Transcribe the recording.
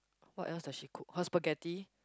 what else does she cook her spaghetti